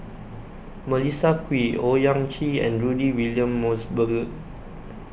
Melissa Kwee Owyang Chi and Rudy William Mosbergen